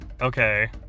Okay